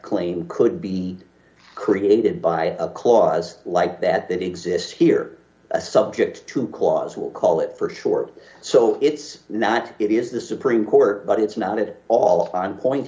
claim could be created by a clause like that that exists here subject to clause will call it for sure so it's not it is the supreme court but it's not at all on point